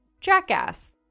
Jackass